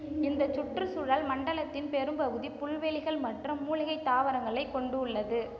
இந்தச் சுற்றுச்சூழல் மண்டலத்தின் பெரும்பகுதி புல்வெளிகள் மற்றும் மூலிகைத் தாவரங்களைக் கொண்டுள்ளது